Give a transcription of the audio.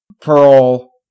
Pearl